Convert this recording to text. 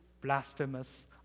blasphemous